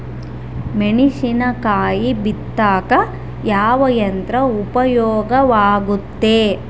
ಮೆಣಸಿನಕಾಯಿ ಬಿತ್ತಾಕ ಯಾವ ಯಂತ್ರ ಉಪಯೋಗವಾಗುತ್ತೆ?